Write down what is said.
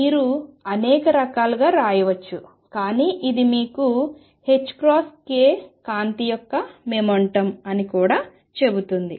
మీరు అనేక రకాలుగా వ్రాయవచ్చు కానీ ఇది మీకు ℏk కాంతి యొక్క మొమెంటం అని కూడా చెబుతుంది